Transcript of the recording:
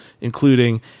including